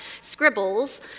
scribbles